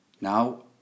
Now